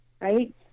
right